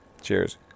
Cheers